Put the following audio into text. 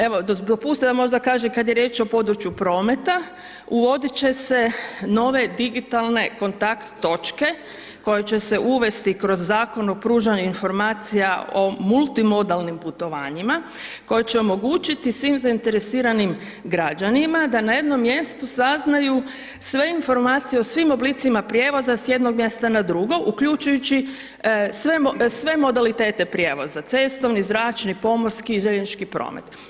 Evo dopustite da možda kažem kad je riječ o području prometa, uvodit će se nove digitalne kontakt točke koje će uvesti kroz Zakon o pružanju informacija o multimodalnim putovanjima koji će omogućiti svim zainteresiranim građanima da na jednom mjestu saznaju sve informacije o svim oblicima prijevoza sa jednog mjesta drugo uključujući sve modalitete prijevoza, cestovni, zračni, pomorski i željeznički promet.